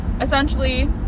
essentially